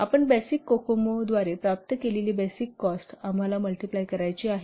आपण बेसिक कोकोमो द्वारे प्राप्त केलेली बेसिक कॉस्ट आम्हाला मल्टिप्लाय करायची आहे